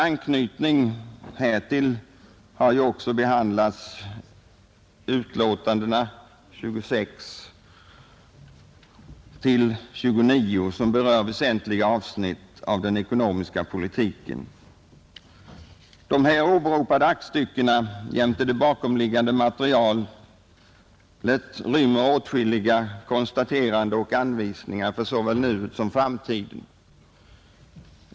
Dessutom skall vi behandla betänkandena 26—29 som berör väsentliga avsnitt av den ekonomiska politiken. De här åberopade aktstyckena jämte det bakomliggande materialet rymmer åtskilliga konstateranden och anvisningar för såväl nuet som framtiden.